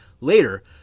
later